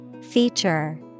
Feature